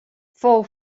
fou